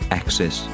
access